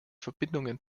verbindungen